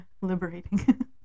Liberating